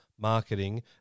marketing